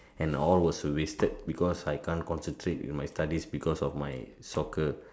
and all was wasted because I can't concentrate in my studies because of my soccer